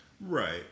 Right